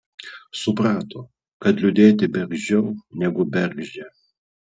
suprato kad liūdėti bergždžiau negu bergždžia